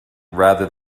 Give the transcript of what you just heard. rather